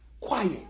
Quiet